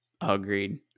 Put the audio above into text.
Agreed